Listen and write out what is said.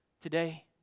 today